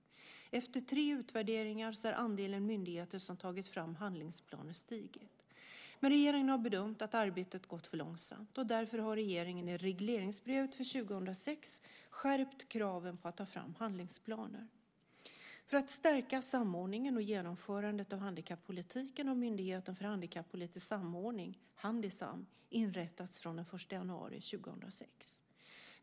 Efter tre utvärderingar har andelen myndigheter som tagit fram handlingsplaner stigit. Men regeringen har bedömt att arbetet har gått för långsamt. Därför har regeringen i regleringsbrevet för 2006 skärpt kraven på att ta fram handlingsplaner. För att stärka samordningen och genomförandet av handikappolitiken har Myndigheten för handikappolitisk samordning, Handisam, inrättats från den 1 januari 2006.